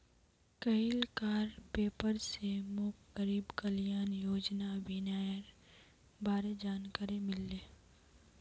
कइल कार पेपर स मोक गरीब कल्याण योजना अभियानेर बारे जानकारी मिलले